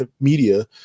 media